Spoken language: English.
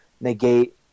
negate